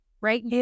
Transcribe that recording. right